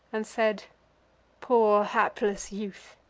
and said poor hapless youth!